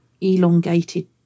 elongated